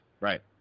Right